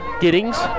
Giddings